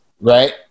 right